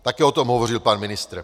Také o tom hovořil pan ministr.